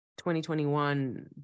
2021